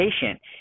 patient